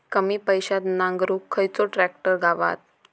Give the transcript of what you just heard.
कमी पैशात नांगरुक खयचो ट्रॅक्टर गावात?